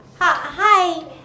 Hi